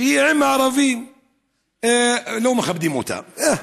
כשהיא עם הערבים לא מכבדים אותה.